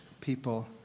people